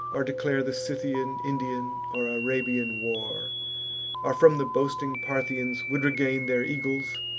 or declare the scythian, indian, or arabian war or from the boasting parthians would regain their eagles,